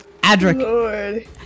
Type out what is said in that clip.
Adric